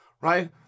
right